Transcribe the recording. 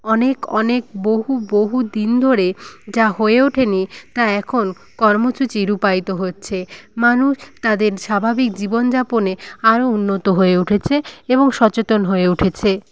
অনেক অনেক বহু বহু দিন ধরে যা হয়ে ওঠেনি তা এখন কর্মসূচি রূপায়িত হচ্ছে মানুষ তাঁদের স্বাভাবিক জীবন যাপনে আরও উন্নত হয়ে উঠেছে এবং সচেতন হয়ে উঠেছে